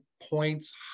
points